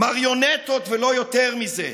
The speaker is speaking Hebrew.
מריונטות ולא יותר מזה.